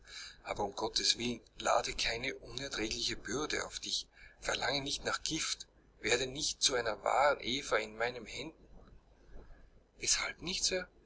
aber um gottes willen lade keine unerträgliche bürde auf dich verlange nicht nach gift werde nicht zu einer wahren eva in meinen händen weshalb nicht